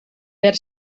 per